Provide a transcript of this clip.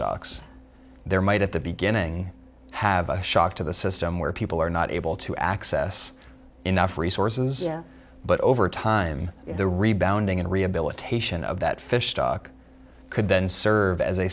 stocks there might at the beginning have a shock to the system where people are not able to access enough resources but over time the rebounding and rehabilitation of that fish stock could then serve as a